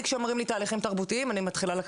כשאומרים לי תהליכים תרבותיים אני מתחילה,